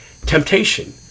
Temptation